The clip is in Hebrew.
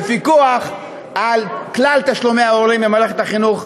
בפיקוח על כלל תשלומי ההורים במערכת החינוך.